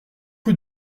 rue